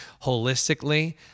holistically